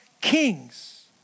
kings